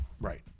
Right